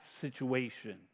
situation